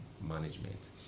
management